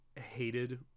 hated